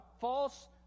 False